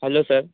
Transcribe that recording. hello sir